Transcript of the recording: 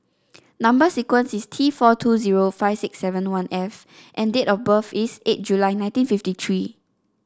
number sequence is T four two zero five six seven one F and date of birth is eight July nineteen fifty three